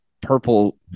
purple